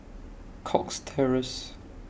Cox Terrace